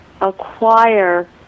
acquire